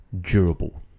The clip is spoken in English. durable